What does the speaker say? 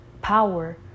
power